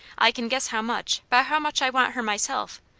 i can guess how much, by how much i want her, myself.